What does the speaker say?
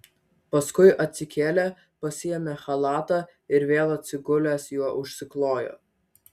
paskui atsikėlė pasiėmė chalatą ir vėl atsigulęs juo užsiklojo